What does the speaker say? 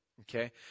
okay